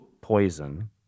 Poison